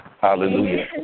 Hallelujah